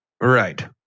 Right